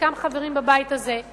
חלקם חברים בבית הזה,